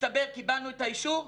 מצטבר קיבלנו את האישור?